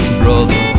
brother